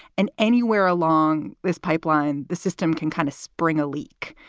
and anywhere along this pipeline, the system can kind of spring a leak.